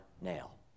nail